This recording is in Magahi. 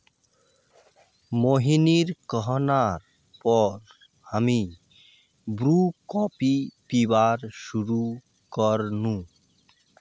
मोहिनीर कहना पर हामी ब्रू कॉफी पीबार शुरू कर नु